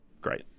great